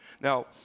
Now